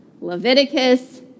Leviticus